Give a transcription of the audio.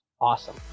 awesome